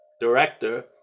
director